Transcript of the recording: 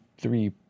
three